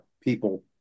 people